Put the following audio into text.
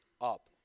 up